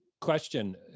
question